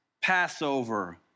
Passover